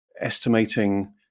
estimating